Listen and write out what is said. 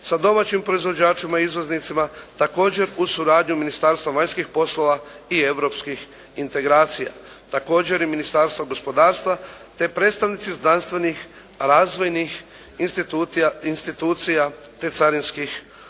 sa domaćim proizvođačima izvoznicima također uz suradnju Ministarstva vanjskih poslova i europskih integracija, također i Ministarstva gospodarstva te predstavnici znanstvenih razvojnih institucija te carinskih otpremnika.